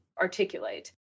articulate